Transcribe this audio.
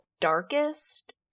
darkest